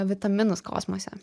vitaminus kosmose